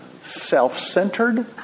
self-centered